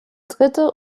dritte